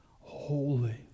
holy